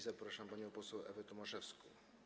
Zapraszam panią poseł Ewę Tomaszewską.